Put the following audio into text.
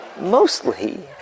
mostly